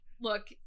Look